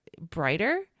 brighter